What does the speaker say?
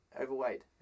overweight